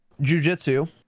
jujitsu